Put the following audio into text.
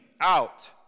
out